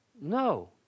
No